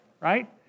right